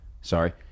Sorry